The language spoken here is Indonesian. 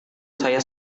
saya